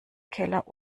keller